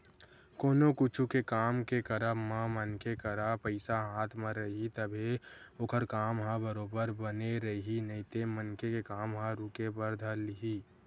कोनो कुछु के काम के करब म मनखे करा पइसा हाथ म रइही तभे ओखर काम ह बरोबर बने रइही नइते मनखे के काम ह रुके बर धर लिही